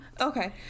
Okay